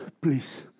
Please